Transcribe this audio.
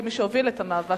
כמי שהוביל את המאבק הזה,